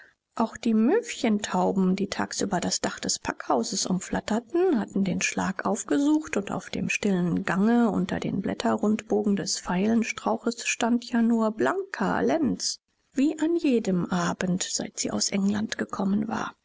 auch die möwchentauben die tagsüber das dach des packhauses umflatterten hatten den schlag aufgesucht und auf dem stillen gange unter den blätterrundbogen des pfeifenstrauches stand ja nur blanka lenz wie an jedem abend seit sie aus england gekommen war